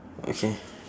okay